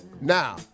now